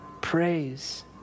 Praise